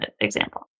example